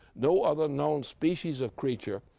no other known species of creature,